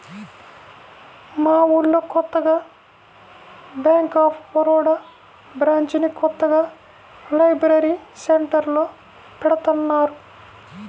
మా ఊళ్ళో కొత్తగా బ్యేంక్ ఆఫ్ బరోడా బ్రాంచిని కొత్తగా లైబ్రరీ సెంటర్లో పెడతన్నారు